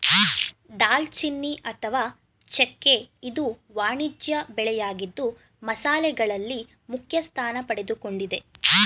ದಾಲ್ಚಿನ್ನಿ ಅಥವಾ ಚೆಕ್ಕೆ ಇದು ವಾಣಿಜ್ಯ ಬೆಳೆಯಾಗಿದ್ದು ಮಸಾಲೆಗಳಲ್ಲಿ ಮುಖ್ಯಸ್ಥಾನ ಪಡೆದುಕೊಂಡಿದೆ